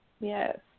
Yes